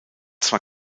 zwar